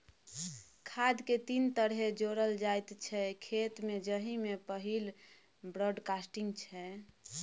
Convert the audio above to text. खाद केँ तीन तरहे जोरल जाइ छै खेत मे जाहि मे पहिल ब्राँडकास्टिंग छै